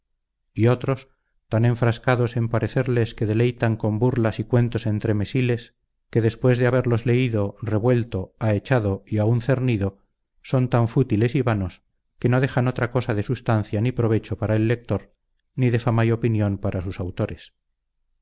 y otros tan enfrascados en parecerles que deleitan con burlas y cuentos entremesiles que después de haberlos leído revuelto aechado y aún cernido son tan fútiles y vanos que no dejan cosa de sustancia ni provecho para el lector ni de fama y opinión para sus autores